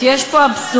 כי יש פה אבסורד,